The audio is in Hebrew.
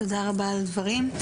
תודה על הדברים.